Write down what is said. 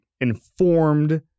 informed